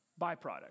byproduct